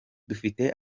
dufite